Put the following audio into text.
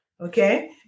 okay